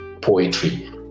poetry